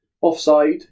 Offside